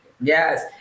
Yes